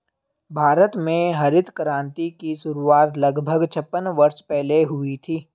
भारत में हरित क्रांति की शुरुआत लगभग छप्पन वर्ष पहले हुई थी